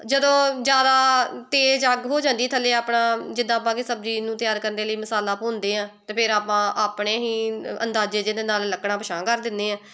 ਜਦੋਂ ਜ਼ਿਆਦਾ ਤੇਜ਼ ਅੱਗ ਹੋ ਜਾਂਦੀ ਥੱਲੇ ਆਪਣਾ ਜਿੱਦਾਂ ਆਪਾਂ ਕਿ ਸਬਜ਼ੀ ਨੂੰ ਤਿਆਰ ਕਰਨ ਦੇ ਲਈ ਮਸਾਲਾ ਭੁੰਨਦੇ ਹਾਂ ਅਤੇ ਫਿਰ ਆਪਾਂ ਆਪਣੇ ਹੀ ਅੰਦਾਜ਼ੇ ਜੇ ਦੇ ਨਾਲ ਲੱਕੜਾਂ ਪਿਛਾਂਹ ਕਰ ਦਿੰਦੇ ਹਾਂ